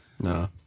No